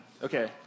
Okay